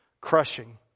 crushing